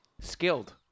skilled